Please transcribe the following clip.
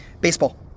Baseball